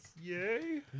Yay